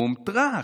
בום, טרך.